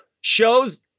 show's